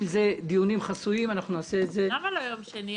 אם אלו דיונים חסויים אנחנו נעשה את זה --- למה לא יום שני?